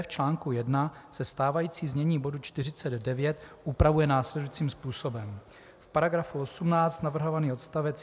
V článku 1 se stávající znění bodu 49 upravuje následujícím způsobem: V § 18 navrhovaný odst.